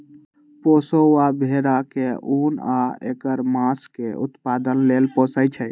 पोशौआ भेड़ा के उन आ ऐकर मास के उत्पादन लेल पोशइ छइ